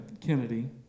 Kennedy